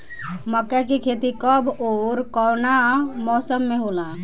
मका के खेती कब ओर कवना मौसम में होला?